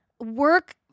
work